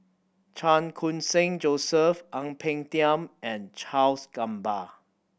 Chan Khun Sing Joseph Ang Peng Tiam and Charles Gamba